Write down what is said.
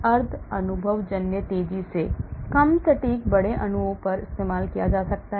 अर्ध अनुभवजन्य तेजी से कम सटीक बड़े अणुओं पर इस्तेमाल किया जा सकता है